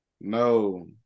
No